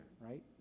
right